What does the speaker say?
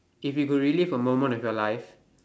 if you could relive a moment of your life